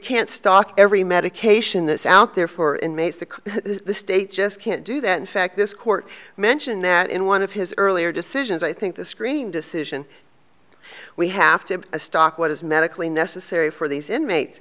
can't stock every medication that's out there for inmates the state just can't do that in fact this court mentioned that in one of his earlier decisions i think the scream decision we have to stock what is medically necessary for these inmates